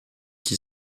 qui